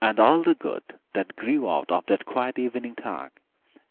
and all the good that grew out of that quiet evening talk